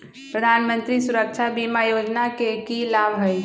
प्रधानमंत्री सुरक्षा बीमा योजना के की लाभ हई?